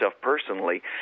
personally